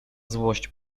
złość